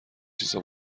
چیزا